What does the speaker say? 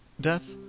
death